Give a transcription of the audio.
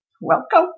Welcome